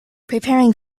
preparing